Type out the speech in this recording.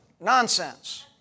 nonsense